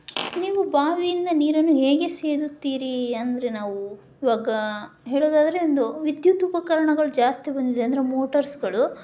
ನೀವು ಬಾವಿಯಿಂದ ನೀರನ್ನು ಹೇಗೆ ಸೇದುತ್ತೀರಿ ಅಂದರೆ ನಾವು ಇವಾಗ ಹೇಳೋದಾದ್ರೆ ಒಂದು ವಿದ್ಯುತ್ ಉಪಕರಣಗಳು ಜಾಸ್ತಿ ಬಂದಿದೆ ಅಂದರೆ ಮೋಟರ್ಸ್ಗಳು